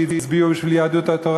שהצביעו בשביל יהדות התורה